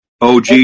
OG